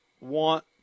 want